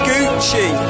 Gucci